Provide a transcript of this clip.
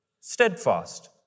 steadfast